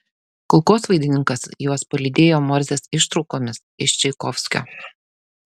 kulkosvaidininkas juos palydėjo morzės ištraukomis iš čaikovskio